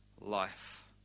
life